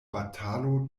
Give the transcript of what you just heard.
batalo